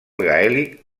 gaèlic